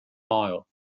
mile